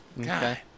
Okay